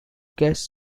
guest